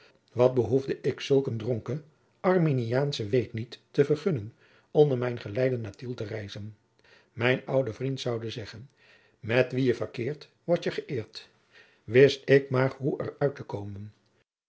wat behoefde ik zulk eenen dronken arminiaanschen weetniet te vergunnen onder mijn geleide naar tiel te reizen mijn oude vriend zoude zeggen met wie je verkeert wordje gëeerd wist ik maar hoe er uit te komen